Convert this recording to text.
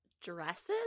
dresses